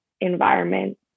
environment